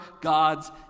God's